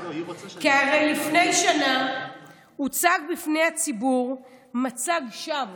כי הרי לפני שנה הוצג בפני הציבור מצג שווא